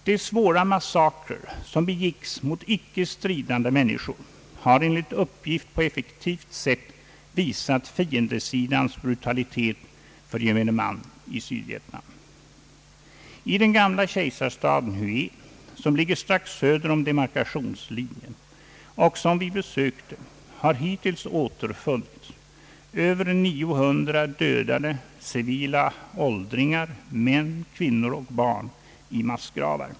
De svåra massakrer som begicks mot icke stridande människor har enligt uppgift på effektivt sätt visat fiendesidans brutalitet för gemene man i Sydvietnam. I den gamla kejsarstaden Hué, som ligger strax söder om demarkationslinjen och som vi besökte, har hittills återfunnits över 900 dödade civila åldringar, män, kvinnor och barn i massgravar.